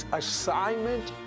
assignment